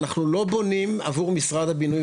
אנחנו לא בונים עבור משרד הבינוי